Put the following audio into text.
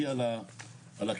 אז אני